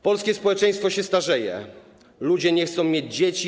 Polskie społeczeństwo się starzeje, ludzie nie chcą mieć dzieci.